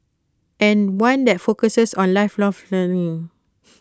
and one that focuses on lifelong learning